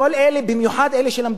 במיוחד אלה שלמדו בירדן,